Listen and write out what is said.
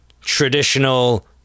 traditional